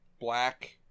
black